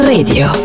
Radio